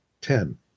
Ten